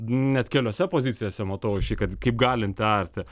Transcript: net keliose pozicijose matau aš jį kad kaip galint arti